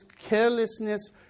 carelessness